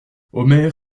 omer